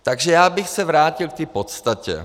Takže já bych se vrátil k té podstatě.